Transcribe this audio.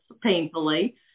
painfully